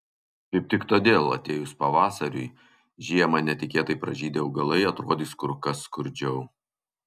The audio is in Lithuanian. kaip tik todėl atėjus pavasariui žiemą netikėtai pražydę augalai atrodys kur kas skurdžiau